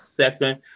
second